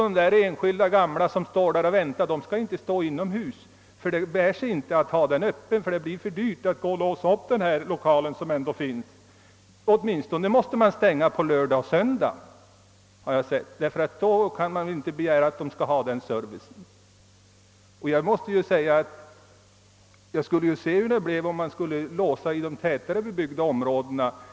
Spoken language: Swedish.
De som ämnar åka med tåg får därför inte vänta inomhus; det bär sig inte att hålla väntsalen öppen, det blir för dyrt att låsa upp lokalen. Åtminstone på lördagar och söndagar kan inte de resande begära att få denna service. Jag undrar vilken reaktionen skulle bli om man låste väntsalarna på stationer i de tätare bebyggda områdena.